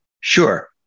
Sure